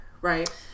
right